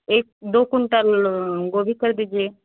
एक दो कुंटल गोभी कर दीजिए